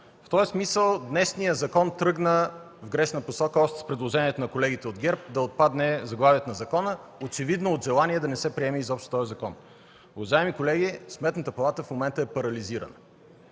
В този смисъл днешният закон тръгна в грешна посока още с предложението на колегите от ГЕРБ да отпадне заглавието на закона, очевидно от желание да не се приеме изобщо този закон. Уважаеми колеги, Сметната палата в момента е парализирана.